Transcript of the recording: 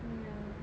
ya